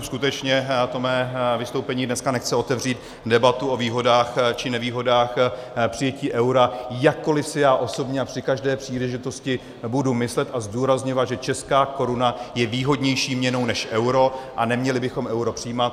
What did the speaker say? Skutečně to mé vystoupení dneska nechce otevřít debatu o výhodách či nevýhodách přijetí eura, jakkoli si já osobně a při každé příležitosti budu myslet a zdůrazňovat, že česká koruna je výhodnější měnou než euro a neměli bychom euro přijímat.